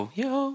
yo